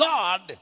God